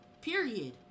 period